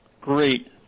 Great